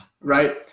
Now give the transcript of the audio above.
right